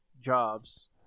jobs